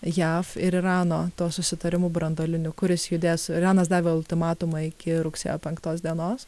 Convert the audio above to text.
jav ir irano tuo susitarimu branduoliniu kur jis judės iranas davė ultimatumą iki rugsėjo penktos dienos